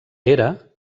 hera